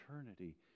eternity